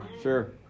sure